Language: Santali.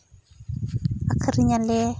ᱟᱠᱷᱨᱤᱧᱟᱞᱮ